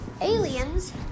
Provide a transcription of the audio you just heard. aliens